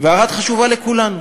וערד חשובה לכולנו.